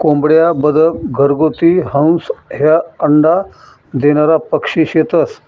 कोंबड्या, बदक, घरगुती हंस, ह्या अंडा देनारा पक्शी शेतस,